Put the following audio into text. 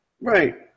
Right